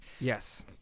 yes